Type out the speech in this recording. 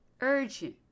urgent